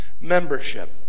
membership